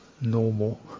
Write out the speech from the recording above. normal